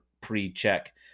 pre-check